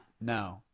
no